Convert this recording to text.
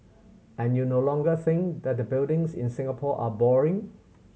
and you no longer think that the buildings in Singapore are boring